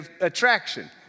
attraction